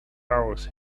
hours